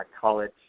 College